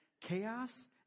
chaos